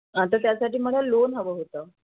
हां तर त्यासाठी मला लोन हवं होतं